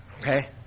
okay